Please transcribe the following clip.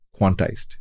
quantized